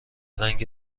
رنگ